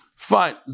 Fine